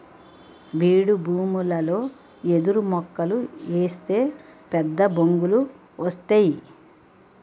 బీడుభూములలో ఎదురుమొక్కలు ఏస్తే పెద్దబొంగులు వస్తేయ్